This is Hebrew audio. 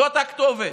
זאת הכתובת.